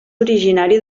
originari